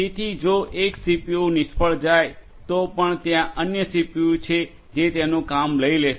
તેથી જો એક સીપીયુ નિષ્ફળ જાય તો પણ ત્યાં અન્ય સીપીયુ છે જે તેનું કામ લઇ લેશે